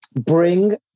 bring